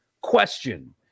question